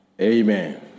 Amen